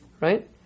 right